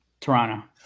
Toronto